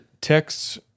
texts